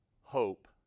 hope